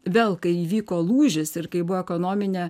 vėl kai įvyko lūžis ir kai buvo ekonominė